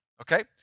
Okay